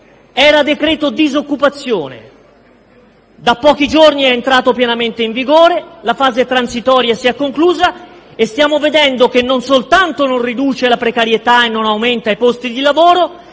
era decreto disoccupazione. Da pochi giorni è entrato pienamente in vigore, la fase transitoria si è conclusa e stiamo vedendo che non soltanto non riduce la precarietà e non aumenta i posti di lavoro,